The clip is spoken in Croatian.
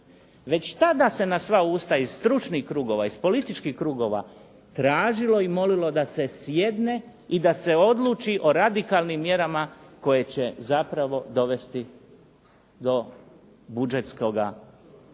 Već tada se na sva usta iz stručnih krugova, iz političkih krugova tražilo i molilo da se sjedne i da se odluči o radikalnim mjerama koje će zapravo dovesti do budžetske ravnoteže